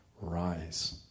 rise